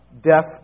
deaf